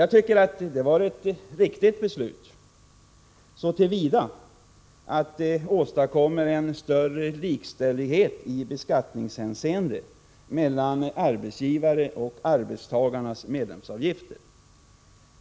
Jag tycker det var ett riktigt beslut, så till vida att det åstadkommer en större likställighet i beskattningshänseende mellan arbetsgivarnas och arbetstagarnas medlemsavgifter.